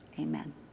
amen